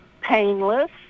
painless